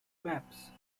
maps